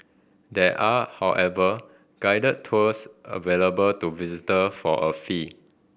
there are however guided tours available to visitor for a fee